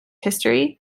history